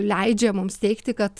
leidžia mums teigti kad